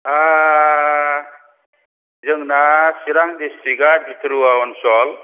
ओ जोंना चिरां दिस्ट्रिक्टा बिथोरुआ ओनसोल